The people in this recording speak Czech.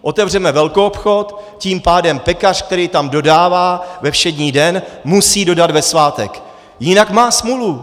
Otevřeme velkoobchod, tím pádem pekař, který tam dodává ve všední den, musí dodat ve svátek, jinak má smůlu.